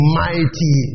mighty